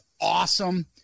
awesome